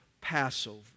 Passover